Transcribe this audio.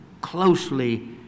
closely